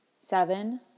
seven